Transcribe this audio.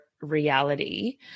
reality